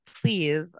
please